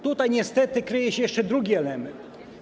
Tutaj niestety kryje się jeszcze drugi element.